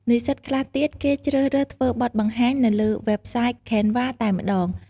និស្សិតខ្លះទៀត គេជ្រើសរើសធ្វើបទបង្ហាញនៅលើវេបសាយ Canva តែម្ដង។